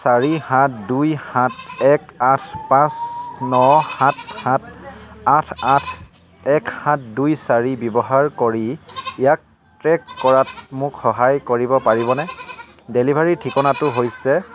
চাৰি সাত দুই সাত এক আঠ পাঁচ ন সাত সাত আঠ আঠ এক সাত দুই চাৰি ব্যৱহাৰ কৰি ইয়াক ট্ৰেক কৰাত মোক সহায় কৰিব পাৰিবনে ডেলিভাৰীৰ ঠিকনাটো হৈছে